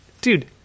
dude